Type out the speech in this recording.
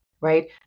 right